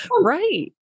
Right